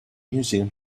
museum